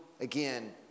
again